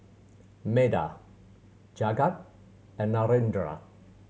Medha Jagat and Narendra